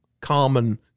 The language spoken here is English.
common